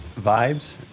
Vibes